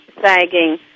sagging